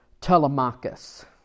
Telemachus